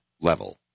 level